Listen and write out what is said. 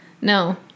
No